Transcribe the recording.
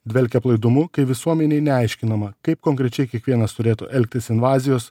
dvelkia aplaidumu kai visuomenei neaiškinama kaip konkrečiai kiekvienas turėtų elgtis invazijos